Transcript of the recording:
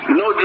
no